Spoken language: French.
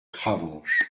cravanche